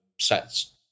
sets